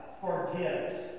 forgives